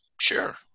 sure